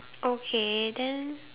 okay then